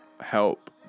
Help